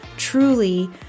truly